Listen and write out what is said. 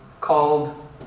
called